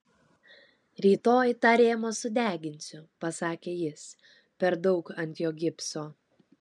rytoj tą rėmą sudeginsiu pasakė jis per daug ant jo gipso